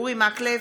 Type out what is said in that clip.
בעד אורי מקלב,